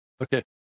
Okay